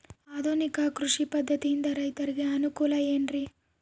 ಆಧುನಿಕ ಕೃಷಿ ಪದ್ಧತಿಯಿಂದ ರೈತರಿಗೆ ಅನುಕೂಲ ಏನ್ರಿ?